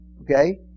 okay